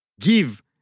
give